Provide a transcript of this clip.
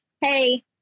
hey